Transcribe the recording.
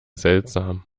seltsam